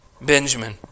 Benjamin